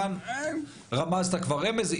כאן רמזת כבר רמז.